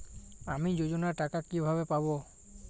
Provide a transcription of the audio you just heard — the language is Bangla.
আমি যোজনার টাকা কিভাবে পাবো?